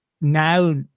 now